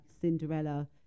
Cinderella